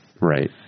Right